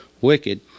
wicked